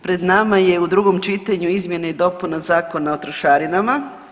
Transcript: Pred nama je u drugom čitanju izmjene i dopuna Zakona o trošarinama.